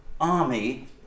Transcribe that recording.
army